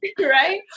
right